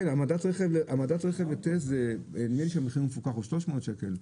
כן העמדת רכב לטסט זה נדמה לי שהמחיר מפוקח זה 300 שקל,